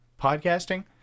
podcasting